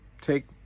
take